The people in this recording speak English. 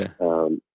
Okay